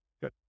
good